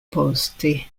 poste